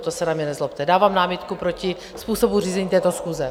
To se na mě nezlobte, dávám námitku proti způsobu řízení této schůze.